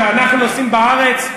כשאנחנו נוסעים בארץ,